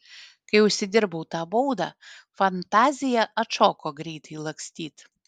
kai užsidirbau tą baudą fantazija atšoko greitai lakstyt